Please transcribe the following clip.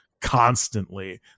constantly